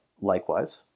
likewise